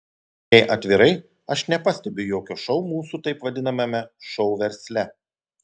jei atvirai aš nepastebiu jokio šou mūsų taip vadinamame šou versle